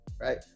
right